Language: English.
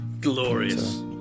glorious